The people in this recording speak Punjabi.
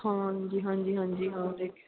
ਹਾਂਜੀ ਹਾਂ ਜੀ ਹਾਂਜੀ ਹਾਂਜੀ